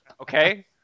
Okay